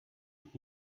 und